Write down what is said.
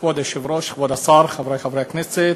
כבוד היושב-ראש, כבוד השר, חברי חברי הכנסת,